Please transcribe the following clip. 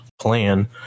plan